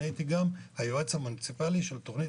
אני הייתי גם היועץ המוניציפלי של תוכנית